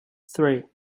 three